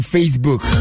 Facebook